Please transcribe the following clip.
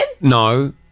no